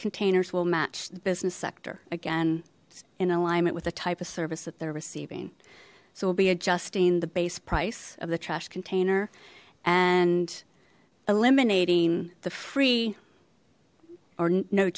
containers will match the business sector again in alignment with a type of service that they're receiving so we'll be adjusting the base price of the trash container and eliminating the free or no